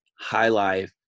highlight